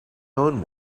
own